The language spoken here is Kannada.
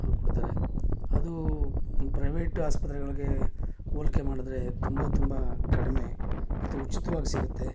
ಕೊಡ್ತಾರೆ ಅದು ಈ ಪ್ರೈವೇಟ್ ಆಸ್ಪತ್ರೆಗಳಿಗೆ ಹೋಲ್ಕೆ ಮಾಡಿದರೆ ತುಂಬ ತುಂಬ ಕಡಿಮೆ ಮತ್ತು ಉಚಿತವಾಗಿ ಸಿಗುತ್ತೆ